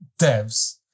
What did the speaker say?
devs